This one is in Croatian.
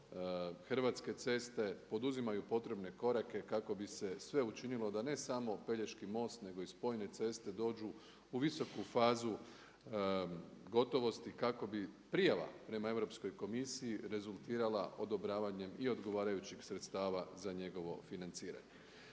Hrvatske ceste poduzimaju potrebne korake kako bi se sve učinilo da ne samo Pelješki most nego i spojne ceste dođu u visoku fazu gotovosti kako bi prijala prema Europskoj komisiji rezultirala odobravanjem i odgovarajućih sredstava za njegovo financiranje.